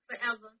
forever